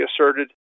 asserted